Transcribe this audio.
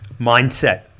Mindset